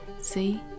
See